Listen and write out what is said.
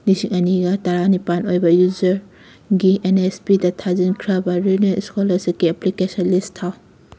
ꯂꯤꯁꯤꯡ ꯑꯅꯤꯒ ꯇꯔꯥꯅꯤꯄꯥꯜ ꯑꯣꯏꯕ ꯌꯨꯖꯔꯒꯤ ꯑꯦꯟ ꯅꯦꯁ ꯄꯤꯗ ꯊꯥꯖꯤꯟꯈ꯭ꯔꯕ ꯔꯤꯅ꯭ꯋꯦꯜ ꯏꯁꯀꯣꯂꯥꯔꯁꯤꯞꯀꯤ ꯑꯦꯄ꯭ꯂꯤꯀꯦꯁꯟ ꯂꯤꯁ ꯊꯥꯎ